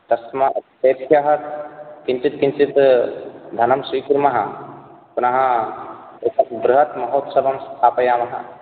तस्मा तेभ्यः कञ्चित् किञ्चित् धनं स्वीकुर्मः पुनः बृहत् महोत्सवं स्थापयामः